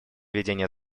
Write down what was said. ведения